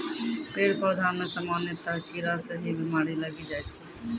पेड़ पौधा मॅ सामान्यतया कीड़ा स ही बीमारी लागी जाय छै